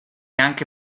anche